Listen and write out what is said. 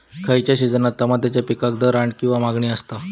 खयच्या सिजनात तमात्याच्या पीकाक दर किंवा मागणी आसता?